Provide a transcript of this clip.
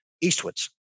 eastwards